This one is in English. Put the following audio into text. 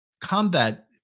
combat